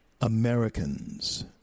Americans